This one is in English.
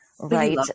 Right